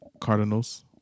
Cardinals